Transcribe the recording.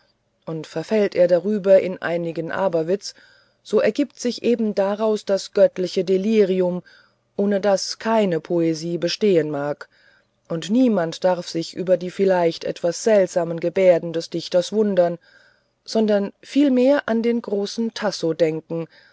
und verfällt er darüber in einigen aberwitz so ergibt sich eben daraus das göttliche delirium ohne das keine poesie bestehen mag und niemand darf sich über die vielleicht etwas seltsamen gebärden des dichters wundern sondern vielmehr an den großen tasso denken